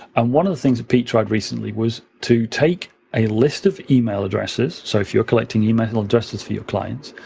and one of the things that pete tried recently was to take a list of e-mail addresses. so, if you're collecting yeah e-mail addresses for your clients,